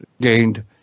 gained